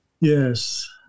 Yes